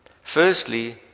Firstly